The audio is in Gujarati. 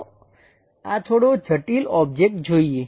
ચાલો આ થોડો જટિલ ઓબ્જેક્ટ જોઈએ